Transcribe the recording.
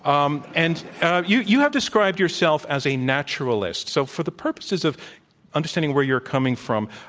um and you you have described yourself as a naturalist. so for the purposes of understanding where you're coming from,